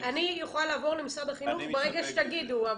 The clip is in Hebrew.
אני יכולה לעבור למשרד החינוך ברגע שתגידו.